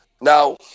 Now